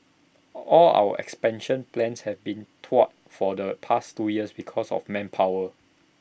all our expansion plans have been thwarted for the past two years because of manpower